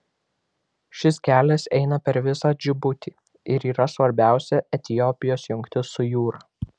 šis kelias eina per visą džibutį ir yra svarbiausia etiopijos jungtis su jūra